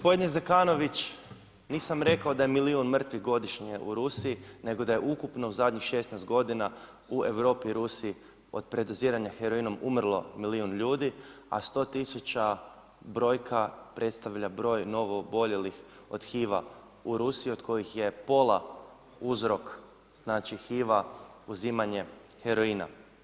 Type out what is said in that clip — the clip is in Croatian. Gospodine Zekanović nisam rekao da je milijun mrtvih godišnje u Rusiji, nego da je ukupno u zadnjih 16 godina u Europi Rusi od predoziranja heroinom umrlo milijun ljudi, a 100 tisuća brojka predstavlja broj novo oboljelih od HIV-a u Rusiji od kojih je pola uzrok znači HIV-a uzimanje heroina.